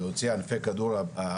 להוציא ענפי העל,